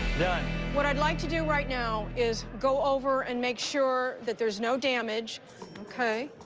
done what i'd like to do right now is go over and make sure that there's no damage okay